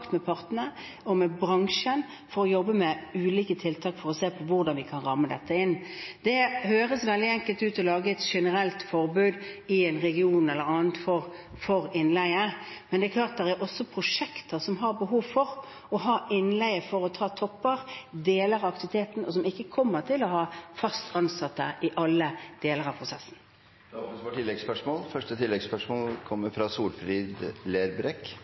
med bransjen for å jobbe med ulike tiltak og å se på hvordan vi kan ramme dette inn. Det høres veldig enkelt ut å lage et generelt forbud i en region eller annet for innleie. Men det er klart at det er også prosjekter som har behov for å ha innleie for å ta topper, deler av aktiviteten, og som ikke kommer til å ha fast ansatte i alle deler av prosessen. Det åpnes for oppfølgingsspørsmål – først Solfrid Lerbrekk.